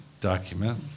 document